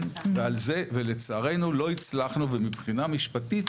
כן ולצערנו לא הצלחנו ומבחינה משפטית,